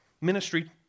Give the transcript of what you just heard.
ministry